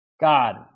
God